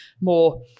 more